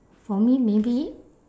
for me maybe